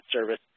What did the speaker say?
service